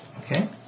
Okay